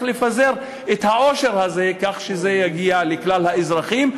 לפזר את העושר הזה כך שזה יגיע לכלל האזרחים,